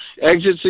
exit